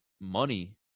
money